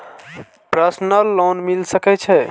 Personal loan मिल सके छे?